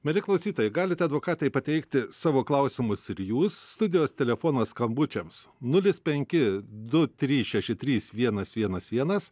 mieli klausytojai galite advokatei pateikti savo klausimus ir jūs studijos telefonas skambučiams nulis penki du trys šeši trys vienas vienas vienas